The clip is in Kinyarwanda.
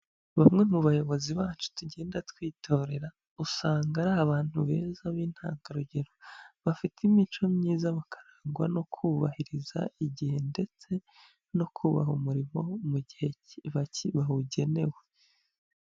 Bamwe mu bayobozi bacu tugenda twitorera usanga ari abantu beza b'intangarugero, bafite imico myiza bakarangwa no kubahiriza igihe ndetse no kubaha umurimo mu gihe bawugenewe.